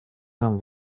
нам